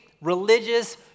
religious